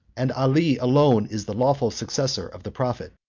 and ali alone is the lawful successor of the prophet.